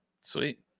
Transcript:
sweet